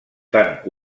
tant